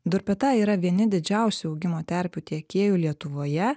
durpeta yra vieni didžiausių augimo terpių tiekėjų lietuvoje